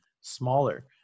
smaller